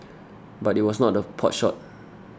but it was not a potshot